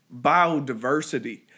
biodiversity